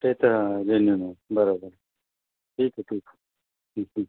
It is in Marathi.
ते तर हं जेन्युइन आहे बरोबर ठीक आहे ठीक हं हं